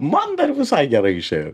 man dar visai gerai išėjo